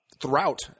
throughout